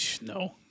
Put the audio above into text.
no